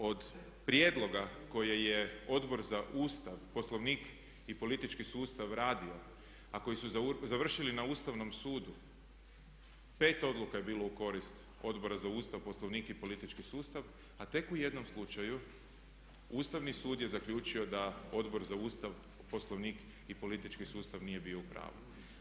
Istini za volju, od prijedloga koje je Odbor za Ustav, Poslovnik i politički sustav radio a koji su završili na Ustavnom sudu pet odluka je bilo u korist Odbora za Ustav, Poslovnik i politički sustav a tek u jednom slučaju Ustavni sud je zaključio da Odbor za Ustav, Poslovnik i politički sustav nije bio u pravu.